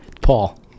Paul